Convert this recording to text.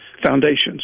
foundations